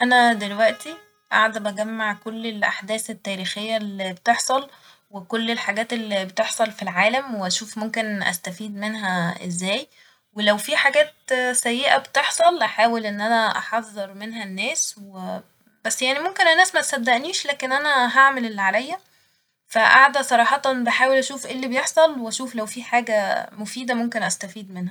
أنا دلوقتي قاعدة بجمع كل الأحداث التاريخية اللي بتحصل وكل الحاجات اللي بتحصل في العالم وأشوف ممكن أستفيد منها ازاي ولو في حاجات سيئة بتحصل أحاول إن أنا أحذر منها الناس و بس يعني الناس ممكن متصدقنيش لكن أنا هعمل اللي عليا ، فقاعدة صراحة بحاول أشوف ايه اللي بيحصل وأشوف لو في حاجة مفيدة ممكن أستفيد منها